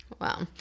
Wow